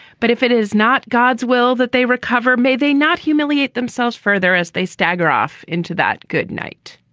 but if it is not god's will that they recover, may they not humiliate themselves further as they stagger off into that good night